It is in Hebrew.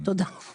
תודה.